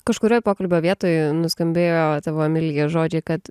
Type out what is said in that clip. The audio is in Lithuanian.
kažkurioj pokalbio vietoj nuskambėjo tavo emilija žodžiai kad